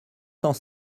cent